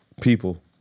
people